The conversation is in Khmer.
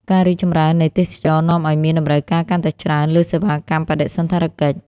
ការរីកចម្រើននៃទេសចរណ៍នាំឲ្យមានតម្រូវការកាន់តែច្រើនលើសេវាកម្មបដិសណ្ឋារកិច្ច។